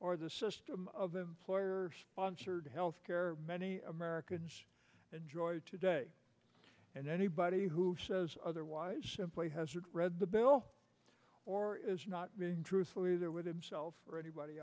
or the system of employer sponsored health care many americans enjoy today and anybody who says otherwise simply hasn't read the bill or is not being truthful either with himself or anybody